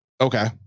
Okay